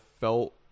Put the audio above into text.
felt